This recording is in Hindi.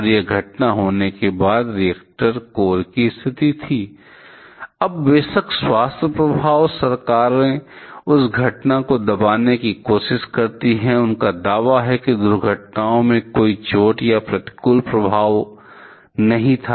और यह घटना होने के बाद रिएक्टर कोर की स्थिति थी अब बेशक स्वास्थ्य प्रभाव सरकारें उस घटना को दबाने की कोशिश करती हैं उनका दावा है कि दुर्घटनाओं से कोई चोट या प्रतिकूल स्वास्थ्य प्रभाव नहीं था